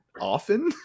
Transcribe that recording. often